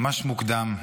ממש מוקדם,